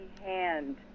hand